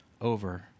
over